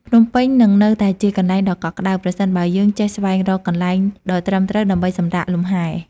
ភ្នំពេញនឹងនៅតែជាកន្លែងដ៏កក់ក្តៅ ប្រសិនបើយើងចេះស្វែងរកកន្លែងដ៏ត្រឹមត្រូវដើម្បីសម្រាកលំហែ។